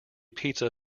pizza